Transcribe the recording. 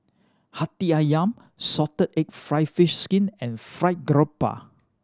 Hati Ayam salted egg fried fish skin and Fried Garoupa